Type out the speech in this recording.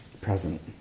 present